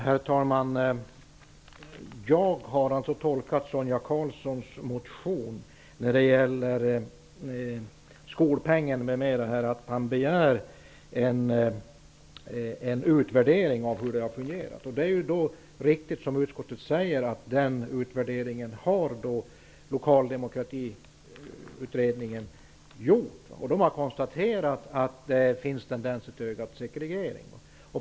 Herr talman! Jag har tolkat Sonia Karlssons motion om skolpengen m.m. som att hon begär en utvärdering av hur det har fungerat. Det är riktigt som utskottet säger, att den utvärderingen har Lokaldemokratikommittén gjort. Den har konstaterat att det finns tendenser till ökad segregering.